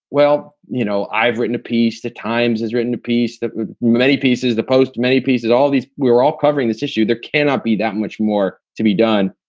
well, you know, i've written a piece. the times has written a piece that many pieces, the post, many pieces, all these. we were all covering this issue. there cannot be that much more to be done.